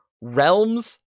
realms